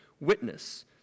witness